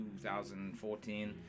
2014